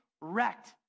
wrecked